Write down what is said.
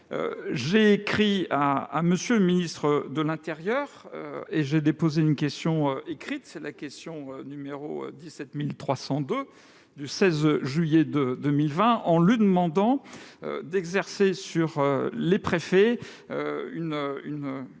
J'ai écrit à M. le ministre de l'intérieur et j'ai déposé une question écrite- la question n° 17 302 du 16 juillet 2020 -en lui demandant d'exercer sur les préfets une aimable